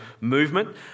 movement